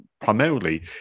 primarily